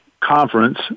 conference